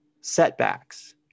setbacks